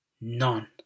None